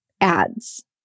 ads